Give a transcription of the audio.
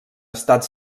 estat